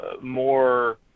more